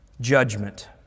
judgment